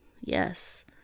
Yes